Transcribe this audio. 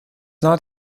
not